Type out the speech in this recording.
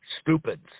stupids